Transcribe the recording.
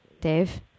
Dave